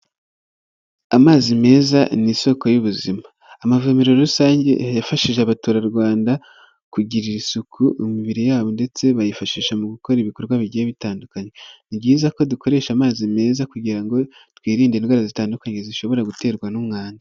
Amazi meza ni isoko y'ubuzima. Amavomero rusange yafashije abaturarwanda kugirira isuku imibiri yabo ndetse bayifashisha mu gukora ibikorwa bigiye bitandukanye. Ni byiza ko dukoresha amazi meza kugira ngo twirinde indwara zitandukanye zishobora guterwa n'umwanda.